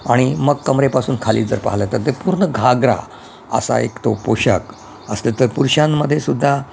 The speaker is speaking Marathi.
आणि मग कमरेपासून खाली जर पाहिलं तर ते पूर्ण घागरा असा एक तो पोषाख असले तर पुरुषांमध्ये सुद्धा